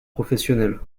professionnels